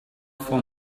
for